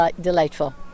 delightful